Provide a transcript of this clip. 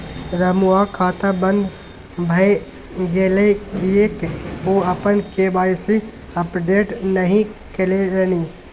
रमुआक खाता बन्द भए गेलै किएक ओ अपन के.वाई.सी अपडेट नहि करेलनि?